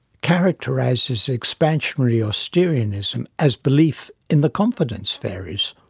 characterises expansionary austerianism as belief in the confidence fairies.